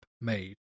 made